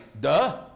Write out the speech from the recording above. Duh